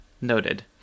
Noted